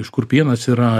iš kur pienas yra